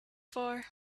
for